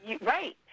Right